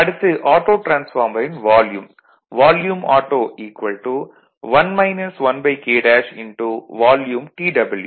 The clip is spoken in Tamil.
அடுத்து ஆட்டோ டிரான்ஸ்பார்மரின் வால்யூம் auto 1 1KTW